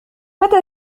متى